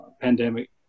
pandemic